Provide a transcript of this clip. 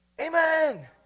Amen